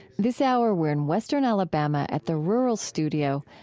this hour, we're in western alabama at the rural studio,